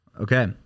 Okay